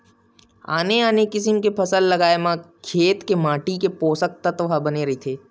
आने आने किसम के फसल लगाए म खेत के माटी के पोसक तत्व ह बने रहिथे